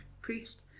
priest